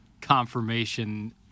confirmation